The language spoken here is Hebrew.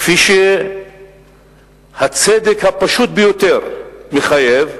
כפי שהצדק הפשוט ביותר מחייב,